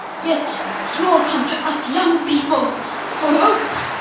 yet you all come to us young people for hope.